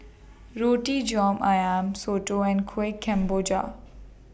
Roti John Ayam Soto and Kueh Kemboja